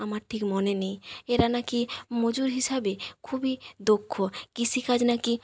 আমার ঠিক মনে নেই এরা না কি মজুর হিসাবে খুবই দক্ষ কৃষিকাজ না কি